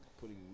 putting